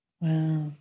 Wow